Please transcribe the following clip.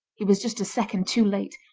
he was just a second too late,